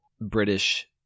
British